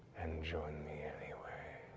and join me anyway.